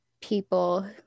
people